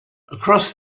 across